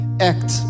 act